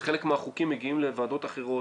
כי חלק מהחוקים מגיעים לוועדות אחרות,